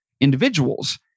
individuals